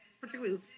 particularly